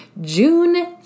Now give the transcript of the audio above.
June